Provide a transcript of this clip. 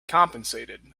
compensated